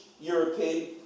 European